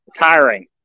tiring